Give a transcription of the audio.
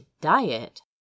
diet